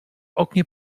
oknie